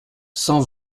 cent